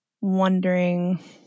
wondering